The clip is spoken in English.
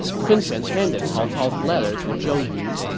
sun quan handed cao cao's letter to zhou yu.